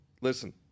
listen